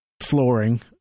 flooring